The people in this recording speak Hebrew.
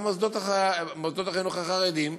במוסדות החינוך החרדיים,